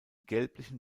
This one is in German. gelblichen